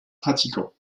pratiquants